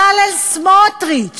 ימים, תשימו לב, חבר הכנסת בצלאל סמוטריץ